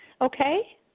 okay